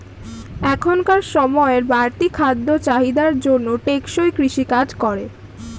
এখনকার সময়ের বাড়তি খাদ্য চাহিদার জন্য টেকসই কৃষি কাজ করে